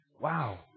wow